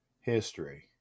History